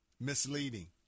misleading